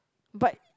but